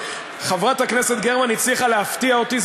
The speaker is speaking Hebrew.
שחברת הכנסת גרמן הצליחה להפתיע אותי,